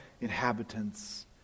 inhabitants